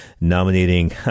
nominating